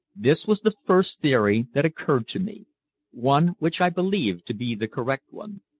this was the first theory that occurred to me one which i believed to be the correct one.